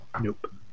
Nope